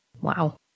Wow